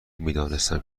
میدانستم